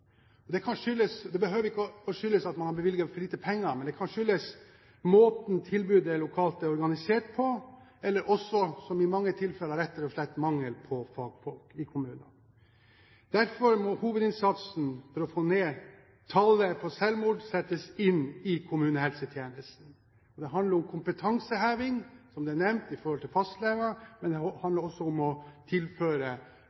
Det behøver ikke å skyldes at man har bevilget for lite penger, men det kan skyldes måten tilbudet lokalt er organisert på, eller – som i mange tilfeller – rett og slett mangel på fagfolk i kommunene. Derfor må hovedinnsatsen for å få ned tallet på selvmord settes inn i kommunehelsetjenesten. Det handler, som nevnt, om kompetanseheving blant fastleger, men det handler også om å tilføre kommunesektoren mer fagfolk – psykologer, som det